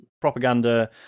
propaganda